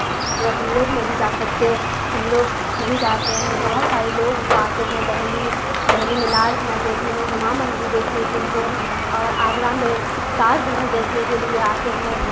ہم لوگ نہیں جا سکتے ہم لوگ نہیں جاتے ہیں بہت سارے لوگ آتے ہیں دہلی دہلی میں لال قلعہ دیکھنے جامع مسجد دیکھنے کے لیے اور آگرہ میں تاج محل دیکھنے کے لیے آتے ہیں